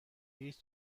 هیچ